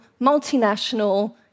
multinational